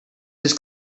his